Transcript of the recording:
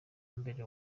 mbere